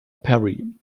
perry